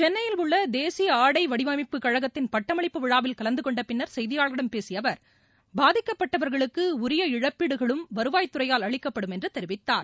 சென்னையில் உள்ள தேசிய ஆடை வடிவமைப்பு கழகத்தின் பட்டமளிப்பு விழாவில் கலந்தகொண்ட செய்தியாளர்களிடம் பேசிய அவர் பாதிக்கப்பட்டவர்களுக்கு உரிய பின்னர் இழப்பீடுகளும் வருவாய்த்துறையால் அளிக்கப்படும் என்று தெரிவித்தார்